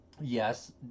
yes